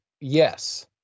yes